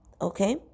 okay